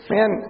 Man